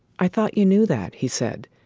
i thought you knew that he said.